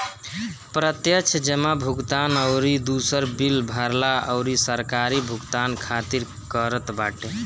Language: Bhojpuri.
प्रत्यक्ष जमा भुगतान अउरी दूसर बिल भरला अउरी सरकारी भुगतान खातिर करत बाटे